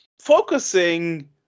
focusing